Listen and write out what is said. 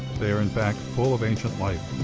they are, in fact, full of ancient life.